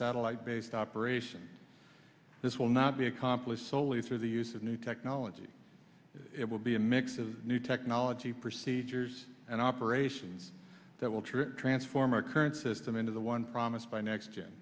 satellite based operations this will not be accomplished solely through the use of new technology it will be a mix of new technology procedures and asians that will trick transform our current system into the one promised by next